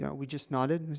yeah we just nodded